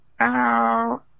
Ow